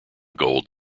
gold